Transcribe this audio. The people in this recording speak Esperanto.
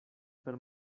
per